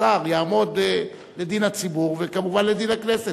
השר יעמוד לדין הציבור וכמובן לדין הכנסת,